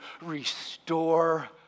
restore